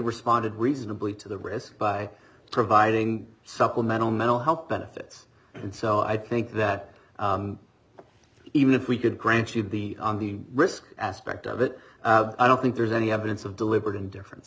responded reasonably to the risk by providing supplemental mental health benefits and so i think that even if we could grant you be on the risk aspect of it i don't think there's any evidence of deliberate indifference